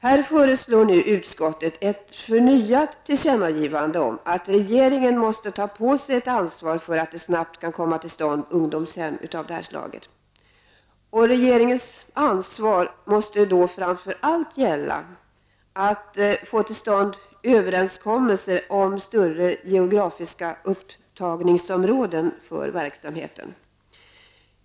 Här föreslår nu utskottet ett förnyat tillkännagivande om att regeringen måste ta på sig ett ansvar för att det snabbt kan komma till stånd ungdomshem av detta slag. Det måste framför allt vara regeringens ansvar att få till stånd överenskommelser om större geografiska upptagningsområden för verksamheten.